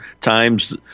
times